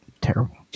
Terrible